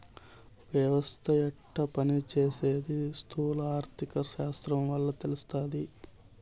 ఒక యవస్త యెట్ట పని సేసీది స్థూల ఆర్థిక శాస్త్రం వల్ల తెలస్తాది